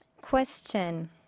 Question